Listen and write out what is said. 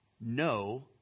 no